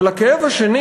אבל הכאב השני